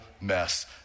mess